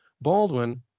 Baldwin